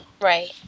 right